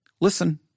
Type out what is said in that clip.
Listen